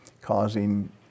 causing